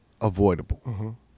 avoidable